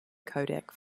codec